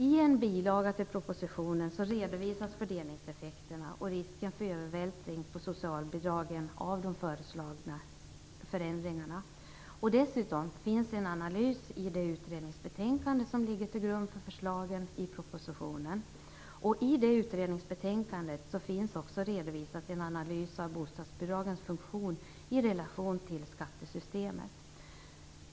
I en bilaga till propositionen redovisas fördelningseffekterna av de föreslagna förändringarna och risken för en övervältring på socialbidragen. Dessutom finns det en analys i det utredningsbetänkande som ligger till grund för förslagen i propositionen. I det utredningsbetänkandet finns också redovisat en analys av bostadsbidragens funktion i relation till skattesystemet.